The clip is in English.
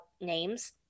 names